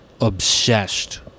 obsessed